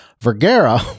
Vergara